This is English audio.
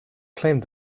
claimed